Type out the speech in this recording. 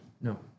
No